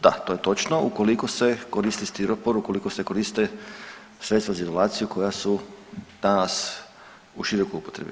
Da, to je točno ukoliko se koristi stiropor, ukoliko se koriste sredstva za izolaciju koja su danas u širokoj upotrebi.